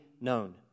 known